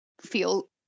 feel